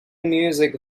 music